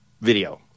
Video